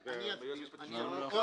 העיריה?